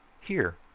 Here